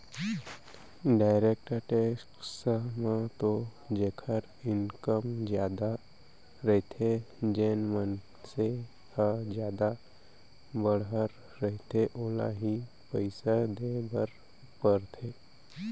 direct tax म तो जेखर इनकम जादा रहिथे जेन मनसे ह जादा बड़हर रहिथे ओला ही पइसा देय बर परथे